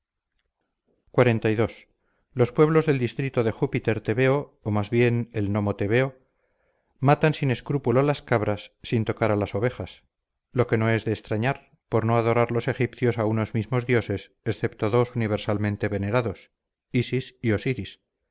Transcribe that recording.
xlii los pueblos del distrito de júpiter tebeo o mas bien el nomo tebeo matan sin escrúpulo las cabras sin tocar a las ovejas lo que no es de extrañar por no adorar los egipcios a unos mismos dioses excepto dos universalmente venerados isis